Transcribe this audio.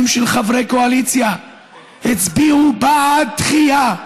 של חברי קואליציה הצביעו בעד דחייה,